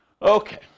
Okay